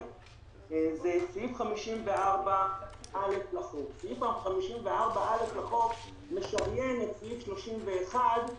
- סעיף 54א לחוק הוא משריין את סעיף 31,